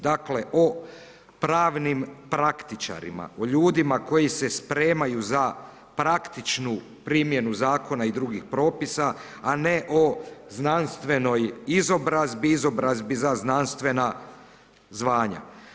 Dakle, o pravnim praktičarima, o ljudima koji se spremaju za praktičnu primjenu zakona i drugih propisa a ne o znanstvenoj izobrazbi, izobrazbi za znanstvena zvanja.